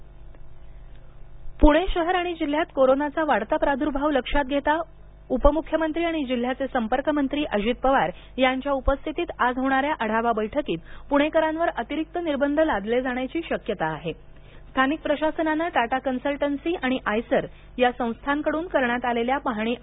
पुणे परिसर पुणे शहर आणि जिल्ह्यात कोरोनाचा वाढता प्रादुर्भाव लक्षात घेता उपमुख्यमंत्री आणि जिल्ह्याचे संपर्कमंत्री अजित पवार यांच्या उपस्थितीत आज होणाऱ्या आढावा बैठकीत पुणेकरांवर अतिरिक्त निर्बंध लादले जाण्याची शक्यता स्थानिक प्रशासनानं टाटा कन्सल्टंसी आणि आयसर या संस्थांकडून करण्यात आलेल्या पाहणी आहे